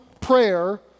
prayer